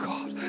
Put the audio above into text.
God